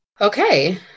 Okay